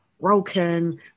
broken